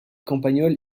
campagnols